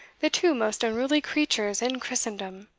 the two most unruly creatures in christendom!